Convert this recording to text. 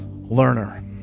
learner